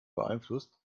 beeinflusst